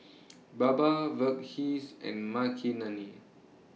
Baba Verghese and Makineni